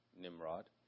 Nimrod